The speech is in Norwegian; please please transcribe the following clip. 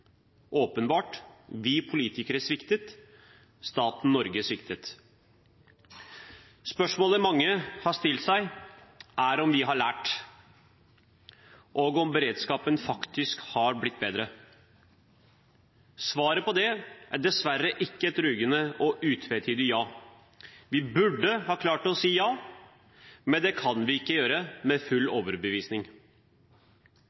åpenbart. Vi politikere sviktet; staten Norge sviktet. Spørsmålet mange har stilt seg, er om vi har lært, og om beredskapen faktisk har blitt bedre. Svaret på det er dessverre ikke et rungende og utvetydig ja. Vi burde ha klart å si ja, men det kan vi ikke gjøre med full overbevisning.